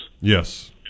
Yes